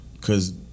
Cause